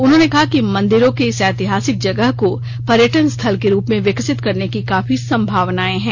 उन्होंने कहा कि मंदिरों के इस ऐतिहासिक जगह को पर्यटन स्थल के रूप में विकसित करने की काफी संभावनाएं हैं